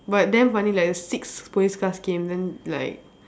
but damn funny like six police cars came then like